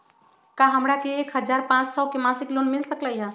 का हमरा के एक हजार पाँच सौ के मासिक लोन मिल सकलई ह?